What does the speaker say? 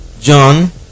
john